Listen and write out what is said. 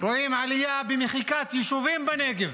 רואים עלייה במחיקת יישובים בנגב,